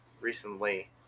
recently